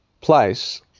place